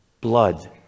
Blood